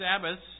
Sabbaths